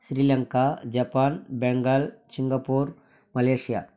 Sri Lanka Japan Bengal Singapore Malaysia